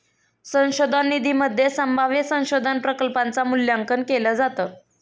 संशोधन निधीमध्ये संभाव्य संशोधन प्रकल्पांच मूल्यांकन केलं जातं